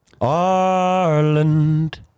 Ireland